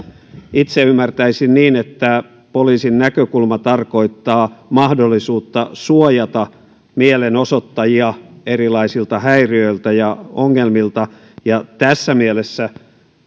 itse ymmärtäisin niin että poliisin näkökulma tarkoittaa mahdollisuutta suojata mielenosoittajia erilaisilta häiriöiltä ja ongelmilta ja tässä mielessä